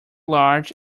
large